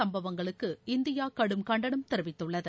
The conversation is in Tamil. சம்பவங்களுக்கு இந்தியா கடும் கண்டனம் தெரிவித்துள்ளது